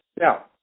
Now